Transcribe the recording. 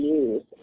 use